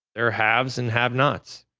their haves and have-nots,